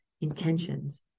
intentions